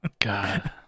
God